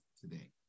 today